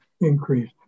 increase